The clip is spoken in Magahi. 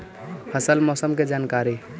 फसल मौसम के जानकारी?